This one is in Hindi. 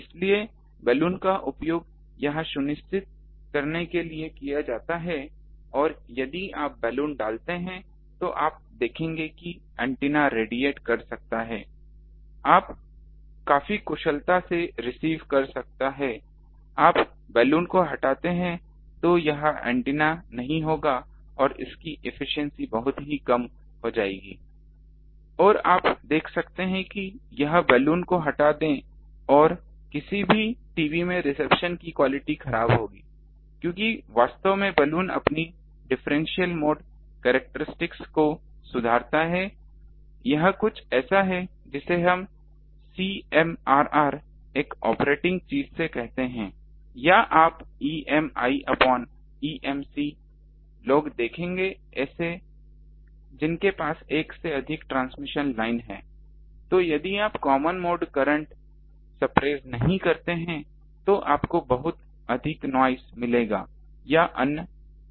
इसलिए बलून का उपयोग यह सुनिश्चित करने के लिए किया जाता है और यदि आप बलून डालते हैं तो आप देखेंगे कि ऐन्टेना रेडिएट कर सकता है आप काफी कुशलता से रिसीव कर सकता है आप बैलून को हटाते हैं तो यह एंटीना नहीं होगा और इसकी एफिशिएंसी बहुत कम हो जाएगी और आप देख सकते हैं कि बस बलून को हटा दें और किसी भी टीवी में रिसेप्शन की क्वालिटी खराब होगी क्योंकि वास्तव में बलून अपनी डिफरेंशियल मोड करैक्टरस्टिक को सुधारता है यह कुछ ऐसा है जिसे हम CMRR एक ऑपरेटिंग चीज से कहते हैं या आप EMIEMC लोग देखेंगे ऐसे जिनके पास एक से अधिक ट्रांसमिशन लाइन हैं तो यदि आप कॉमन मोड करंट सप्रेस नहीं करते हैं तो आपको बहुत अधिक नॉइस मिलेगा या अन्य इंटरफ्रेंस